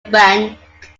bank